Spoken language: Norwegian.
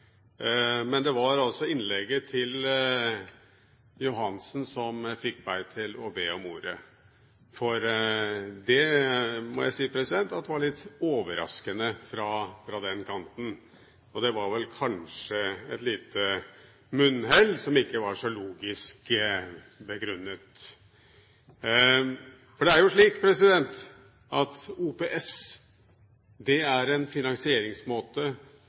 Men det var innlegget til Johansen som fikk meg til å be om ordet, for det var litt overraskende fra den kanten. Det var vel kanskje et lite munnhell som ikke var så logisk begrunnet. For det er jo slik at OPS er en finansieringsmåte